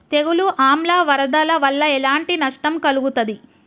తెగులు ఆమ్ల వరదల వల్ల ఎలాంటి నష్టం కలుగుతది?